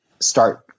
start